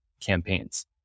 campaigns